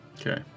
Okay